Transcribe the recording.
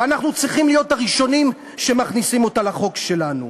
ואנחנו צריכים להיות הראשונים שמכניסים אותה לחוק שלנו.